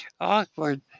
awkward